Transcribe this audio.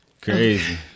Crazy